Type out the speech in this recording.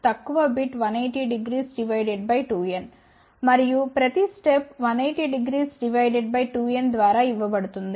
మరియు ప్రతి step 18002n ద్వారా ఇవ్వబడుతుంది